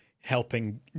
helping